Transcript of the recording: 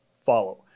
follow